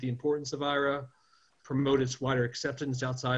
אצל יהודי התפוצות ואפילו אצל פוליטיקאים ישראלים.